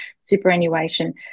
superannuation